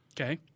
Okay